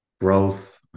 growth